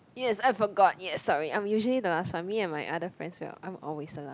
yes I forgot yes sorry I'm usually the last one me and my other friends we're usually I'm always the last